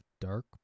dark